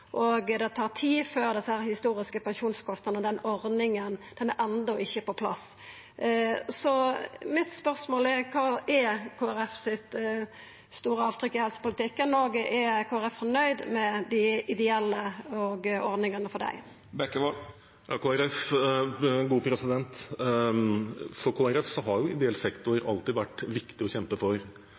Det tar tid før ein får ei ordning for desse historiske pensjonskostnadene, som enno ikkje er på plass. Mitt spørsmål er: Kva er Kristeleg Folkeparti sitt store avtrykk i helsepolitikken, og er Kristeleg Folkeparti fornøgd med dei ideelle og ordningane for dei? For Kristelig Folkeparti har ideell sektor alltid vært viktig å kjempe for.